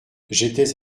j’étais